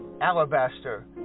alabaster